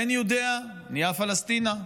אין יודאה, נהיה פלשתינה.